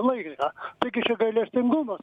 laiką taigi čia gailestingumas